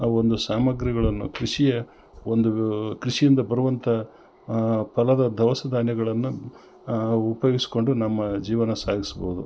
ಅ ಒಂದು ಸಾಮಗ್ರಿಗಳನ್ನು ಕೃಷಿಯ ಒಂದು ಕೃಷಿಯಿಂದ ಬರುವಂಥ ಫಲದ ದವಸ ಧಾನ್ಯಗಳನ್ನ ಉಪಯೋಗಿಸ್ಕೊಂಡು ನಮ್ಮ ಜೀವನ ಸಾಗಿಸ್ಬೋದು